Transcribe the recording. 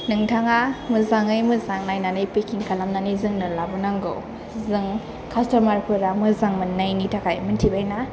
नोंथाङा मोजाङै मोजां नायनानै पेकिं खालामनानै जोंनो लाबो नांगौ जों कास्थमार फाेरा मोजां मोननायनि थाखाय मोनथिबाय ना